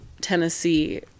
tennessee